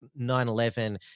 9-11